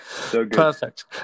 Perfect